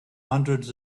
hundreds